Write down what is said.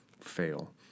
fail